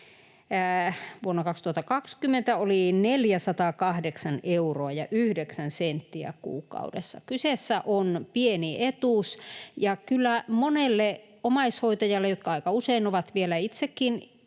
vuonna 2020 oli 408 euroa ja 9 senttiä kuukaudessa. Kyseessä on pieni etuus, ja kyllä monia omaishoitajia, jotka aika usein ovat vielä itsekin